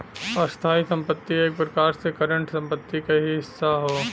स्थायी संपत्ति एक प्रकार से करंट संपत्ति क ही हिस्सा हौ